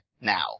Now